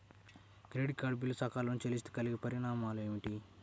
Credit card bill సకాలంలో చెల్లిస్తే కలిగే పరిణామాలేమిటి?